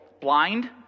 blind